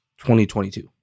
2022